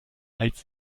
als